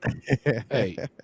Hey